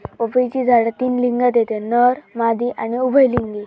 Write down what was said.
पपईची झाडा तीन लिंगात येतत नर, मादी आणि उभयलिंगी